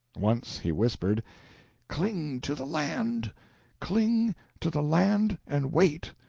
once he whispered cling to the land cling to the land and wait.